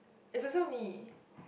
is also we